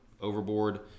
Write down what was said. overboard